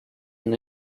and